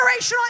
generational